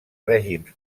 règims